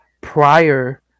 prior